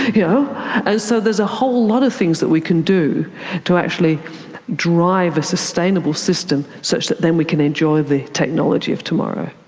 yeah and so there's a whole lot of things that we can do to actually drive a sustainable system such that then we can enjoy the technology of tomorrow.